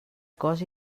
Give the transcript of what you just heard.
cos